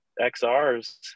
XRs